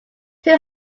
two